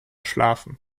schlafen